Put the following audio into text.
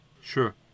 Sure